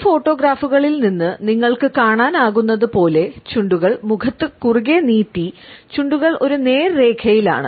ഈ ഫോട്ടോഗ്രാഫുകളിൽ നിന്ന് നിങ്ങൾക്ക് കാണാനാകുന്നതുപോലെ ചുണ്ടുകൾ മുഖത്ത് കുറുകെ നീട്ടി ചുണ്ടുകൾ ഒരു നേർരേഖയിലാണ്